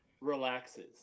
relaxes